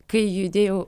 kai judėjau